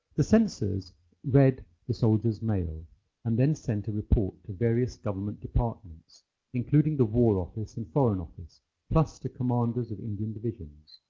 the censors read the soldiers mail and then sent a report to various government departments including the war office and foreign office plus to commanders of indian divisions.